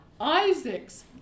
Isaac's